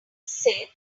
said